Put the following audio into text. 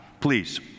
Please